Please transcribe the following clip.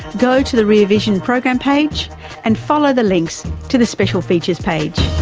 go to the rear vision program page and follow the links to the special features page.